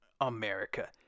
America